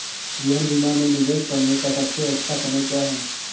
जीवन बीमा में निवेश करने का सबसे अच्छा समय क्या है?